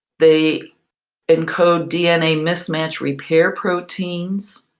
they encode dna mismatch repair proteins.